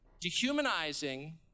Dehumanizing